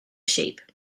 sheep